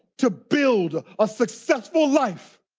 to build a successful life.